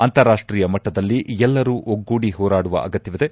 ಅಂತಾರಾಷ್ಟೀಯ ಮಟ್ಟದಲ್ಲಿ ಎಲ್ಲರೂ ಒಗ್ಗೂಡಿ ಹೋರಾಡುವ ಅಗತ್ತವಿದೆ